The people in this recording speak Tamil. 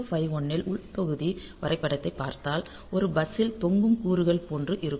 8051 இன் உள் தொகுதி வரைபடத்தைப் பார்த்தால் ஒரு பஸ் இல் தொங்கும் கூறுகள் போன்று இருக்கும்